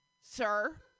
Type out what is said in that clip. sir